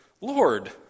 Lord